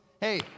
hey